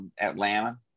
Atlanta